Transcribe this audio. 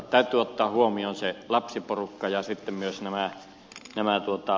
täytyy ottaa huomioon se lapsiporukka ja sitten myös vanhukset